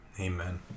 Amen